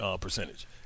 percentage